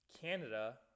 Canada